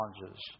challenges